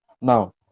Now